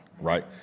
right